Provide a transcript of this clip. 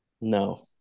No